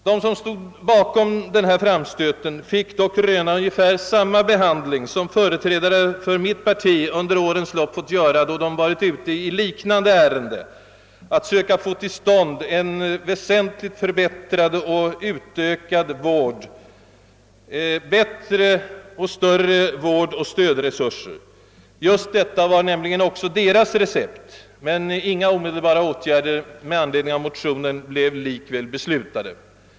De som stod bakom denna framstöt fick emellertid röna ungefär samma behandling som företrädare för mitt parti under årens lopp fått göra, då de har varit ute i liknande ärende: att söka få till stånd väsentligt förbättrade och utökade vårdoch stödresurser. Just detta var nämligen också deras recept. Men inga omedelbara åtgärder blev likväl beslutade med anledning av motionen.